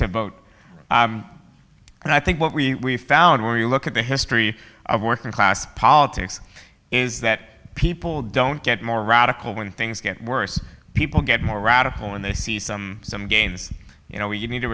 vote and i think what we found when you look at the history of working class politics is that people don't get more radical when things get worse people get more radical and they see some some gains you know you need to